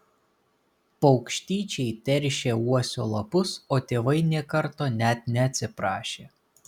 paukštyčiai teršė uosio lapus o tėvai nė karto net neatsiprašė